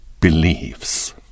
believes